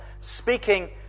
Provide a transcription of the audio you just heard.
speaking